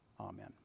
Amen